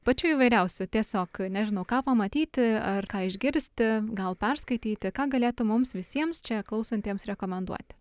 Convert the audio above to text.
pačių įvairiausių tiesiog nežinau ką pamatyti ar ką išgirsti gal perskaityti ką galėtum mums visiems čia klausantiems rekomenduoti